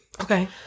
Okay